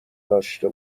داشته